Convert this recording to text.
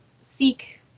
seek